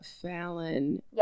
Fallon